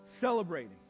celebrating